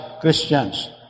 Christians